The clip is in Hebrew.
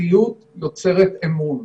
פרטיות יוצרת אמון.